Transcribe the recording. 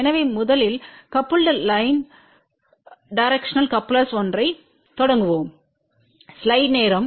எனவே முதலில் coupled line directional couplers ஒன்றைத் தொடங்குவோம்